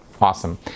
awesome